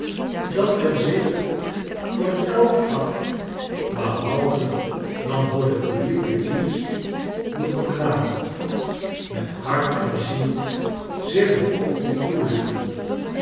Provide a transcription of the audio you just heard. dat men zich voor elk vak behalve dan voor den publieken dienst moet bekwainen met hart en ziel zich er op moet toeleggen